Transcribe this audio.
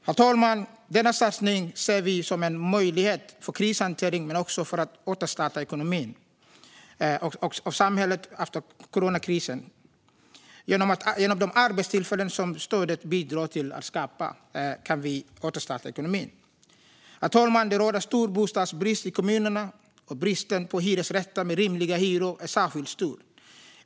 Herr talman! Denna satsning ser vi som en möjlighet för krishantering men också för att återstarta ekonomin och samhället efter coronakrisen. Genom de arbetstillfällen som stödet bidrar till att skapa kan vi återstarta ekonomin. Herr talman! Det råder stor bostadsbrist i kommunerna, och bristen på hyresrätten med rimliga hyror är särskilt stor.